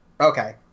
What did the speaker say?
Okay